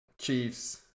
Chiefs